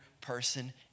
person